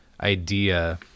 idea